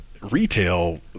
retail